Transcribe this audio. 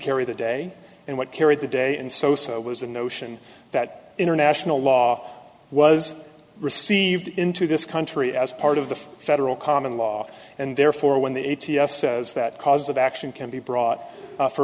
carry the day and what carried the day and so was the notion that international law was received into this country as part of the federal common law and therefore when the eighty says that cause of action can be brought for